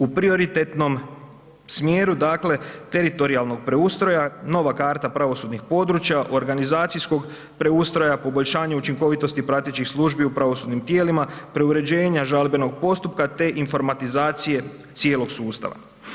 U prioritetnom smjeru dakle teritorijalnog preustroja nova karta pravosudnih područja, organizacijskog preustroja, poboljšanje učinkovitosti pratećih službi u pravosudnim tijelima, preuređenja žalbenog postupka te informatizacije cijelog sustava.